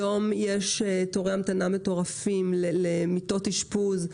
היום יש תורי המתנה מטורפים למיטות אשפוז,